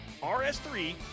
RS3